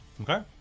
Okay